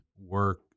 work